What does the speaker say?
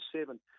seven